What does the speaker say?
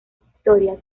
victorias